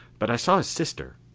but i saw his sister.